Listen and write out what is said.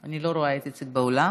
אני לא רואה את איציק באולם.